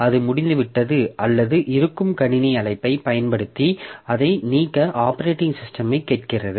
அது முடிந்துவிட்டது அல்லது இருக்கும் கணினி அழைப்பைப் பயன்படுத்தி அதை நீக்க ஆப்பரேட்டிங் சிஸ்டமைக் கேட்கிறது